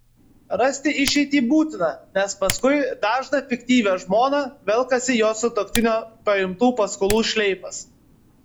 rasti išeitį būtina nes paskui dažną fiktyvią žmoną velkasi jos sutuoktinio paimtų paskolų šleifas